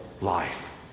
life